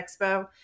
expo